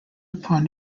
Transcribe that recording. upon